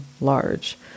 large